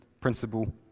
principle